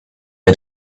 had